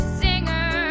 singer